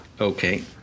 Okay